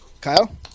Kyle